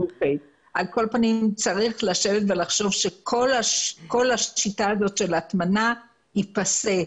על כל פנים צריך לשבת ולחשוב שכל השיטה הזאת של ההטמנה היא פאסה.